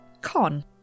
Con